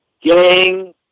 gang